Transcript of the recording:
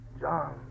John